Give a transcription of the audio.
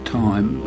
time